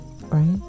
right